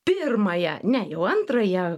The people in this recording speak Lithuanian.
pirmąją ne jau antrąją